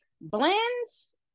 Blends